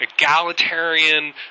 egalitarian